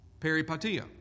peripatia